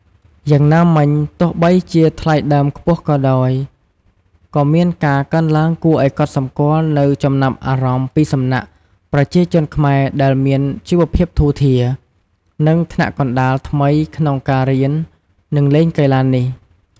យ៉ាងណាមិញ ទោះបីជាថ្លៃដើមខ្ពស់ក៏ដោយ ក៏មានការកើនឡើងគួរឲ្យកត់សម្គាល់នូវចំណាប់អារម្មណ៍ពីសំណាក់ ប្រជាជនខ្មែរដែលមានជីវភាពធូរធារ និងថ្នាក់កណ្ដាលថ្មី ក្នុងការរៀន និងលេងកីឡានេះ។